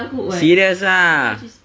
serious lah